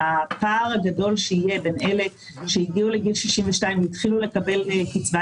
הפער הגדול שיהיה בין אלה שהגיעו לגיל 62 והתחילו לקבל קצת